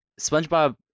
SpongeBob